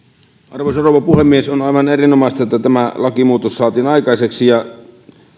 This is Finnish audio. arvoisa rouva puhemies on aivan erinomaista että tämä lakimuutos saatiin aikaiseksi ja